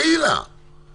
אני לא רואה את זה.